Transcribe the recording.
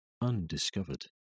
undiscovered